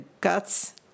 guts